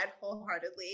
wholeheartedly